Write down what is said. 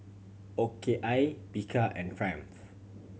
O K I Bika and Triumph